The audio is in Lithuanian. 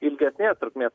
ilgesnės trukmės